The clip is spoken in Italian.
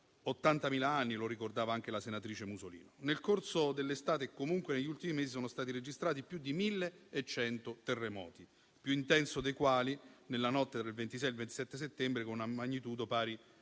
80.000 anni, come ricordava anche la senatrice Musolino. Nel corso dell'estate, e comunque negli ultimi mesi, sono stati registrati più di 1.100 terremoti, il più intenso dei quali nella notte tra il 26 e il 27 settembre, con una magnitudo pari